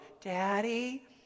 daddy